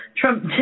Trump